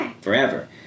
forever